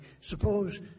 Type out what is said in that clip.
Suppose